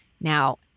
Now